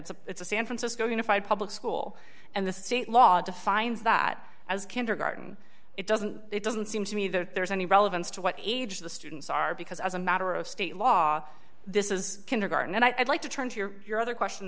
it's a it's a san francisco unified public school and the state law defines that as kindergarten it doesn't it doesn't seem to me that there's any relevance to what age the students are because as a matter of state law this is kindergarten and i'd like to turn to your your other question